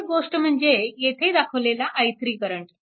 आणखी एक गोष्ट म्हणजे येथे दाखवलेला i3 करंट